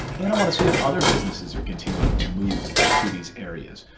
and i want to see if other businesses are continuing to move to these areas,